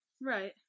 Right